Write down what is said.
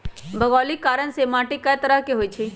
भोगोलिक कारण से माटी कए तरह के होई छई